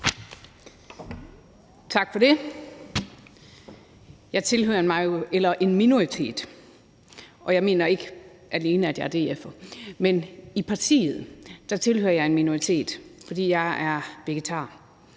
Tak for det. Jeg tilhører en minoritet, og jeg mener ikke, at det alene er, fordi jeg er DF'er, men i partiet tilhører jeg en minoritet, fordi jeg er vegetar.